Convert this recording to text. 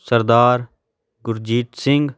Sardar Gurjeet Singh